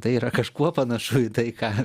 tai yra kažkuo panašu į tai ką